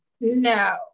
no